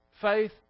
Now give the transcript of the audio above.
faith